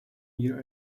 year